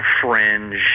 fringe